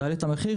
תעלה את המחיר?